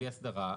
בלי הסדרה,